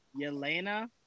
Yelena